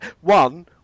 One